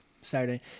Saturday